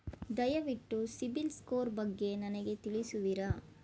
ದಯವಿಟ್ಟು ಸಿಬಿಲ್ ಸ್ಕೋರ್ ಬಗ್ಗೆ ನನಗೆ ತಿಳಿಸುವಿರಾ?